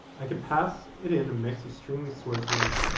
i can pass it in a mix of streaming sources,